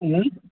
नहि